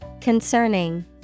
Concerning